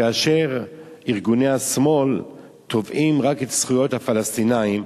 כאשר ארגוני השמאל תובעים רק את זכויות הפלסטינים,